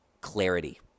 clarity